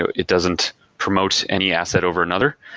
it doesn't promote any asset over another.